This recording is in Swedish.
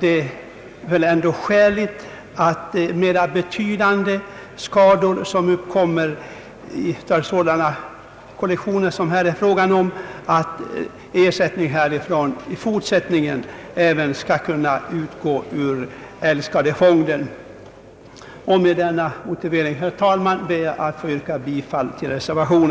det skäligt att vid mera betydande skador som uppkommer vid de kollisioner som det här är fråga om även i fortsättningen ersättning skall utgå ur älgskadefond. Med denna motivering ber jag, herr talman, att få yrka bifall till reservationen.